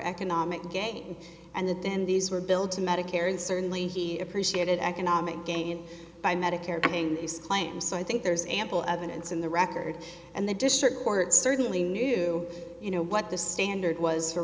economic gain and that then these were billed to medicare and certainly he appreciated economic gain by medicare giving these claims so i think there's ample evidence in the record and the district court certainly knew you know what the standard was for